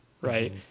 Right